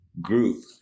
group